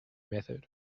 method